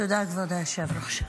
כבוד היושב-ראש,